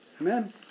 Amen